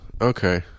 Okay